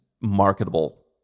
marketable